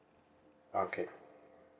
okay